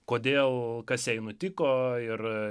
kodėl kas jai nutiko ir